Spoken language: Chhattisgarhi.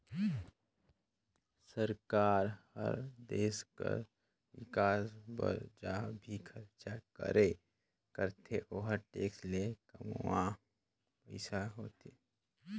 सरकार हर देस कर बिकास बर ज भी खरचा करथे ओहर टेक्स ले कमावल पइसा होथे